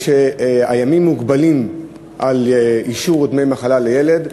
הימים מוגבלים לאישור דמי מחלה לילד,